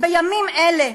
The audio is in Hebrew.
בימים אלה,